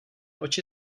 oči